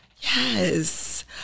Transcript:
Yes